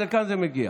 עד לכאן זה מגיע.